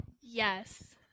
Yes